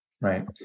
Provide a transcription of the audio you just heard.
Right